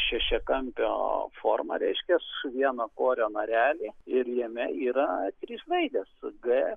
šešiakampio formą reiškias vieno korio narelį ir jame yra trys raidė g